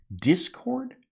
Discord